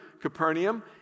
Capernaum